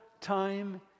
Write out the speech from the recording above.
time